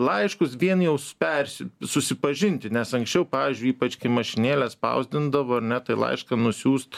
laiškus vien jaus persiu susipažinti nes anksčiau pavyzdžiui ypač kai mašinėlė spausdindavo ar ne tai laišką nusiųst